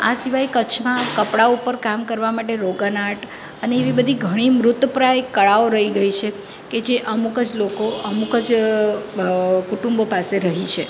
આ સિવાય કચ્છમાં કપળા ઉપર કામ કરવા માટે રોગન આર્ટ અને એવી બધી ઘણી મૃતપ્રાય કળાઓ રહી ગઈ છે કે જે અમૂક જ લોકો અમૂક જ કુટુંબો પાસે રહી છે